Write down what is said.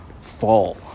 fall